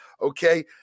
Okay